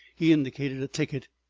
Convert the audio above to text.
he indicated a ticket.